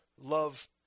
love